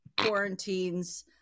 quarantines